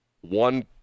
one